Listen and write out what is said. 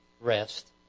rest